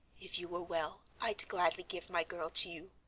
if you were well, i'd gladly give my girl to you.